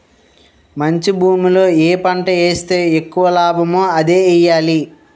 మంచి భూమిలో ఏ పంట ఏస్తే ఎక్కువ లాభమో అదే ఎయ్యాలి